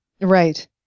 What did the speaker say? Right